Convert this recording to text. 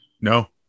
No